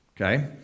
Okay